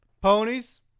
Ponies